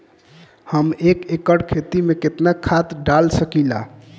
हम एक एकड़ खेत में केतना खाद डाल सकिला?